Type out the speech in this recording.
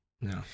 No